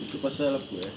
itu pasal apa eh